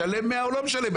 משלם 100 או לא משלם 100?